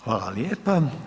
Hvala lijepa.